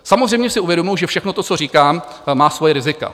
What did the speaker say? Samozřejmě si uvědomuji, že všechno to, co říkám, má svoje rizika.